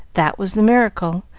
that was the miracle,